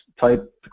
type